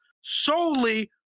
solely